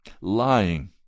lying